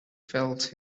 felt